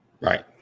right